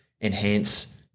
enhance